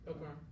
Okay